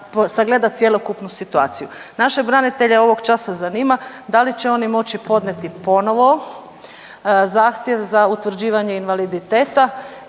sagleda cjelokupnu situaciju. Naše branitelje ovog časa zanima da li će oni moći podnijeti ponovo zahtjev za utvrđivanje invaliditeta